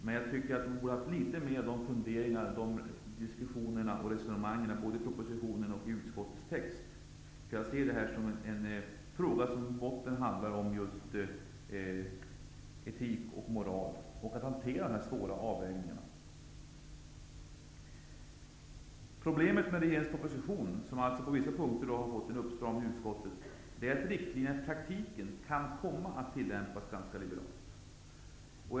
Men jag tycker att vi borde haft med litet av dessa funderingar, diskussioner och resonemang i propositionen och i utskottets text. Jag ser detta som en fråga som i botten handlar om etik och moral. Det handlar om att hantera dessa svåra avvägningar. Problemet med regeringens proposition, som har fått en uppstramning i utskottets betänkande, är att riktlinjerna i praktiken kan komma att tillämpas ganska liberalt.